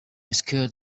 scared